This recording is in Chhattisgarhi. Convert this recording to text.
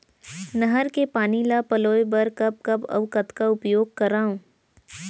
नहर के पानी ल पलोय बर कब कब अऊ कतका उपयोग करंव?